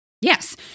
Yes